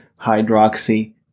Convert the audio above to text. hydroxy